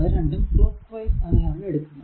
അത് രണ്ടും clockwise ആയാണ് എടുക്കുക